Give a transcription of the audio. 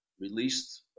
released